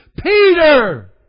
Peter